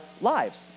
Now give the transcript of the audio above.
lives